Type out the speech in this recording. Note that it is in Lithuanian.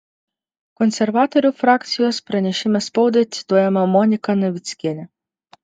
konservatorių frakcijos pranešime spaudai cituojama monika navickienė